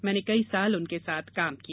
मैने कई साल उनके साथ काम किया